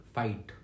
fight